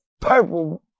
purple